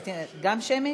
זה גם שמית?